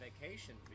vacation